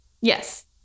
Yes